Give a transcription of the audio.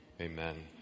Amen